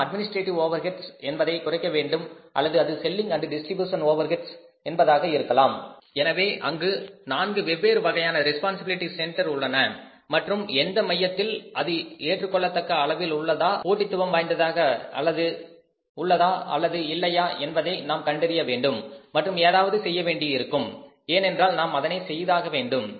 நாம் administrative overheads என்பதை குறைக்க வேண்டும் அல்லது அது selling and distribution overheads Selling Distribution Overheads என்பதாக இருக்கலாம் எனவே அங்கு நான்கு வெவ்வேறு வகையான ரெஸ்பான்சிபிலிட்டி சென்டர் உள்ளன மற்றும் எந்த மையத்தில் அது ஏற்றுக்கொள்ள தக்க அளவில் உள்ளதா போட்டித்துவத்துடன் உள்ளதா அல்லது இல்லையா என்பதை நாம் கண்டறிய வேண்டும் மற்றும் ஏதாவது செய்ய வேண்டியிருக்கும் என்றால் நாம் அதனை செய்தாக வேண்டும்